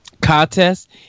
contest